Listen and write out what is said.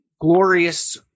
glorious